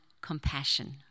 compassion